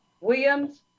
Williams